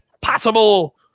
possible